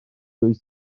wyt